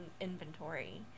inventory